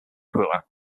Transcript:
pula